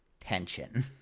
tension